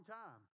time